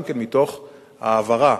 גם מתוך העברה